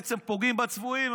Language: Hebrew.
בעצם פוגעים בצבועים.